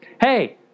Hey